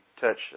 touch